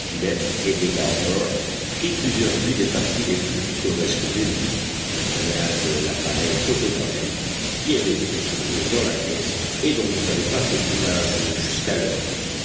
aidé d'harbert prit plusieurs vues des parties les plus pittoresques de l'île au moyen de l'appareil photographique qui avait été trouvé dans la caisse et dont on n'avait pas fait usage jusqu'alors